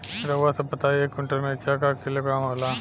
रउआ सभ बताई एक कुन्टल मिर्चा क किलोग्राम होला?